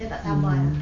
mm